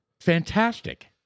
fantastic